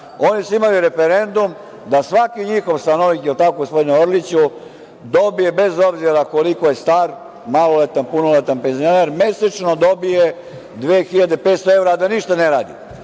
oni su imali referendum da svaki njihov stanovnik, je li tako gospodine Orliću, dobije bez obzira koliko je star, maloletan, punoletan, penzioner, mesečno dobije 2.500 evra, a da ništa ne